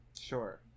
Sure